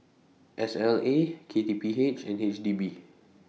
S L A K T P H and H D B